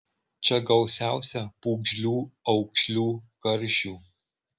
čia gausiausia pūgžlių aukšlių karšių